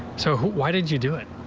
so why did you do it.